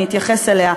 אני אתייחס אליה,